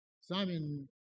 Simon